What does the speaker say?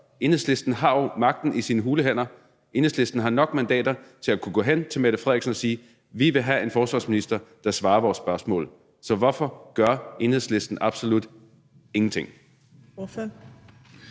Enhedslisten har jo magten i sin hule hånd. Enhedslisten har nok mandater til at kunne gå hen til statsministeren og sige: Vi vil have en forsvarsminister, der svarer på vores spørgsmål. Så hvorfor gør Enhedslisten absolut ingenting?